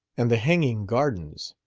and the hanging gardens!